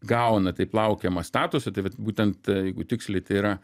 gauna taip laukiamą statusą tai vat būtent jeigu tiksliai tai yra